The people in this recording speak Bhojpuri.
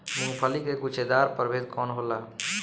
मूँगफली के गुछेदार प्रभेद कौन होला?